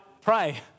pray